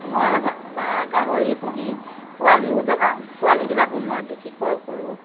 মই গাহৰি পুহি পোৱালিও জগাওঁ পোৱালিবিলাকো মই বিকি কৰোঁ